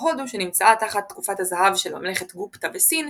או הודו שנמצאה תחת תקופת הזהב של ממלכת גופטה וסין,